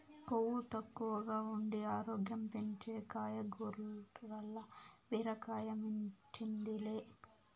కొవ్వు తక్కువగా ఉండి ఆరోగ్యం పెంచే కాయగూరల్ల బీరకాయ మించింది లే